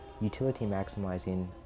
utility-maximizing